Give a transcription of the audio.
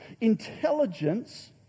Intelligence